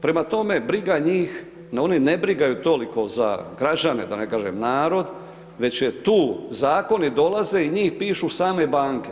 Prema tome, briga njih, da oni ne brigaju toliko za građane, da ne kažem narod već je tu, zakoni dolaze i njih pišu same banke.